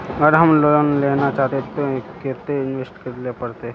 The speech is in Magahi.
अगर हम लोन लेना चाहते तो केते इंवेस्ट करेला पड़ते?